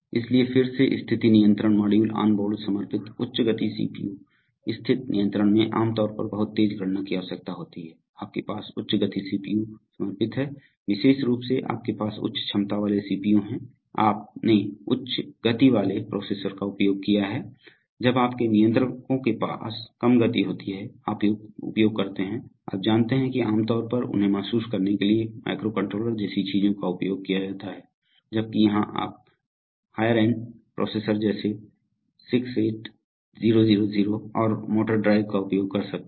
इसलिए फिर से स्थिति नियंत्रण मॉड्यूल ऑनबोर्ड समर्पित उच्च गति सीपीयू स्थिति नियंत्रण में आमतौर पर बहुत तेज गणना की आवश्यकता होती है आपके पास उच्च गति सीपीयू समर्पित है विशेष रूप से आपके पास उच्च क्षमता वाले सीपीयू हैं आपने उच्च गति वाले प्रोसेसर का उपयोग किया है जब आपके नियंत्रकों के पास कम गति होती है आप उपयोग करते हैं आप जानते हैं कि आम तौर पर उन्हें महसूस करने के लिए माइक्रोकंट्रोलर जैसी चीजों का उपयोग किया जाता है जबकि यहां आप हायर एन्ड प्रोसेसर जैसे 68000 और मोटर ड्राइव का उपयोग कर सकते हैं